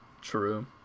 True